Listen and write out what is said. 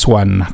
one